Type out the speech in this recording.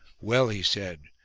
well, he said,